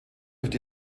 durch